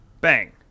bang